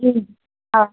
हम्म हा